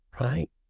right